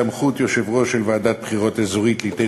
סמכות יושב-ראש של ועדת בחירות אזורית ליתן